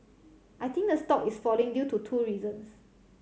I think the stock is falling due to two reasons